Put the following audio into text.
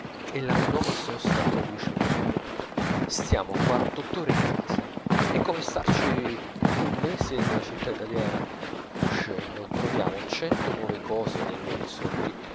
e la menoma sosta produce una piena stiamo quarant'otto ore in casa è come starci un mese in una città italiana uscendo troviamo cento nuove cose nei luoghi soliti